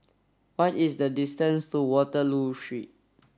what is the distance to Waterloo Street